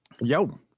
Yo